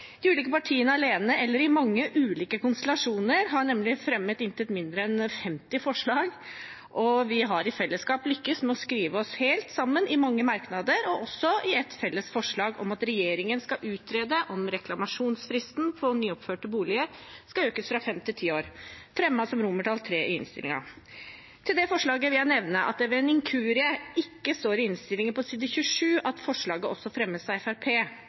De ulike partiene, alene eller i mange ulike konstellasjoner, har nemlig fremmet intet mindre enn 50 forslag. Vi har i fellesskap lyktes med å skrive oss helt sammen i mange merknader og i et felles forslag om at regjeringen skal utrede om reklamasjonsfristen på nyoppførte boliger skal økes fra fem til ti år, fremmet som III i innstillingen. Til det forslaget vil jeg nevne at det ved en inkurie ikke står i innstillingen på side 27 at forslaget også fremmes av